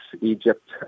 Egypt